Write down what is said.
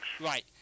Right